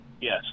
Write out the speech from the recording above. Yes